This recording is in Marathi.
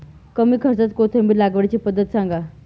कमी खर्च्यात कोथिंबिर लागवडीची पद्धत सांगा